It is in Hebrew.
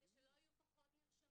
כדי שלא יהיו פחות נרשמים.